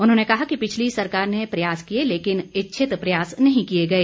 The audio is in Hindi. उन्होंने कहा कि पिछली सरकार ने प्रयास किए लेकिन इच्छित प्रयास नहीं किए गए